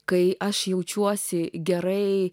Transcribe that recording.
kai aš jaučiuosi gerai